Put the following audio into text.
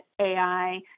AI